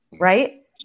right